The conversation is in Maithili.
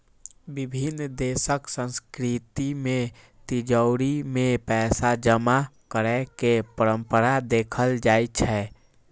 विभिन्न देशक संस्कृति मे तिजौरी मे पैसा जमा करै के परंपरा देखल जाइ छै